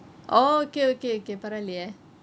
oh okay okay okay பரவாயிலேயே:paravaaileyeh